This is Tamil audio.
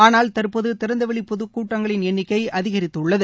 ஆனால் தற்போது திறந்தவெளி பொதுக்கூட்டங்களின் எண்ணிக்கை அதிகரித்துள்ளது